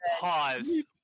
Pause